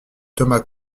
thomas